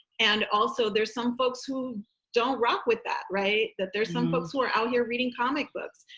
and also, there's some folks who don't rock with that. right? that there's some folks who are out here reading comic books.